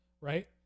Right